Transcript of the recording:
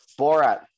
Borat